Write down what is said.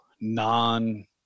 non